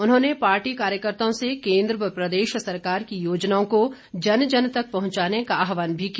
उन्होंने पार्टी कार्यकर्ताओं से केंद्र व प्रदेश सरकार की योजनाओं को जन जन तक पहुंचाने का आहवान भी किया